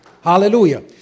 Hallelujah